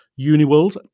UniWorld